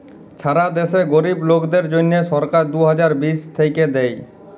ছারা দ্যাশে গরীব লোকদের জ্যনহে সরকার দু হাজার বিশ থ্যাইকে দেই